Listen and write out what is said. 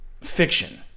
fiction